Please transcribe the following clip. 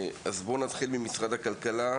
אז בואו נתחיל עם משרד הכלכלה.